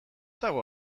dago